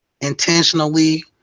intentionally